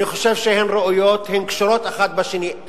אני חושב שהן ראויות, הן קשורות האחת לשנייה.